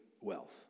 wealth